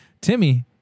Timmy